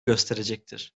gösterecektir